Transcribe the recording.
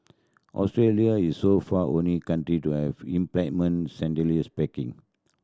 Australia is so far only country to have implemented standardised packing